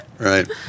Right